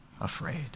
afraid